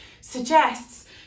suggests